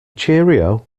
cheerio